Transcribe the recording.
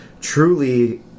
truly